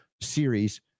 series